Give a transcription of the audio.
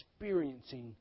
experiencing